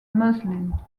muslims